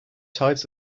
types